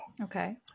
Okay